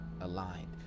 aligned